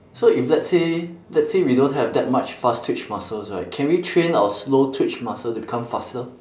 so if let's say let's say we don't have that much fast twitch muscles right can we train our slow twitch muscle to become faster